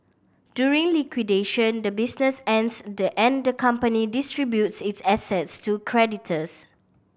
during liquidation the business ends the and the company distributes its assets to creditors